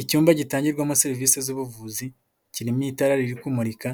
Icyumba gitangirwamo serivisi z'ubuvuzi, kirimo itara riri kumurika